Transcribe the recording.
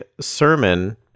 sermon